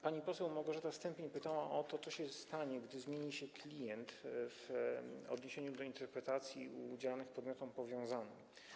Pani poseł Elżbieta Stępień pytała o to, co się stanie, gdy zmieni się klient w odniesieniu do interpretacji udzielanych podmiotom powiązanym.